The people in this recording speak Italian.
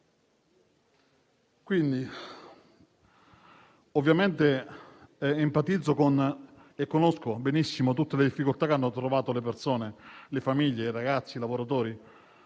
mano. Ovviamente empatizzo e conosco benissimo tutte le difficoltà che hanno incontrato le persone, le famiglie, i ragazzi, i lavoratori;